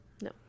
No